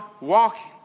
walking